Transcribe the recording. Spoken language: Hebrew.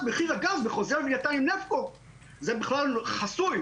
מחיר הגז בחוזה לוויתן- -- זה בכלל חסוי,